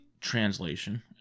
translation